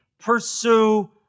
pursue